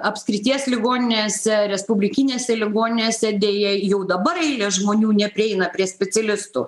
apskrities ligoninėse respublikinėse ligoninėse deja jau dabar eilės žmonių neprieina prie specialistų